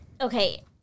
Okay